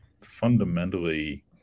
fundamentally